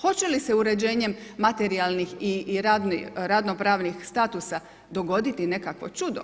Hoće li se uređenjem materijalnih i radnopravnih statusa dogoditi nekakvo čudo?